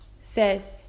says